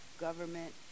government